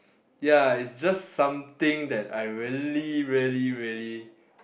ya is just something that I really really really